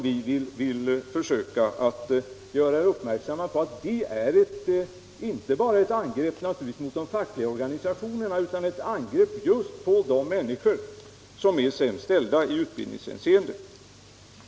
Vi vill försöka göra er uppmärksamma på att det är ett angrepp inte bara emot de fackliga organisationerna utan ett angrepp mot de människor som är sämst ställda i utbildningshänseende.